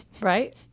right